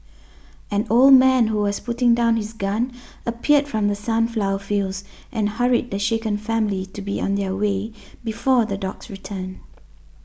an old man who was putting down his gun appeared from the sunflower fields and hurried the shaken family to be on their way before the dogs return